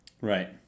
Right